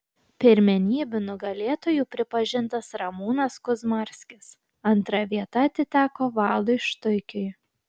pirmenybių nugalėtoju pripažintas ramūnas kuzmarskis antra vieta atiteko valdui štuikiui